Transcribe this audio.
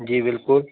जी बिलकुल